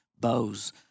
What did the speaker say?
bows